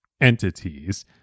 entities